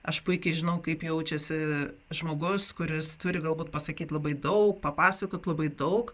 aš puikiai žinau kaip jaučiasi žmogus kuris turi galbūt pasakyt labai daug papasakot labai daug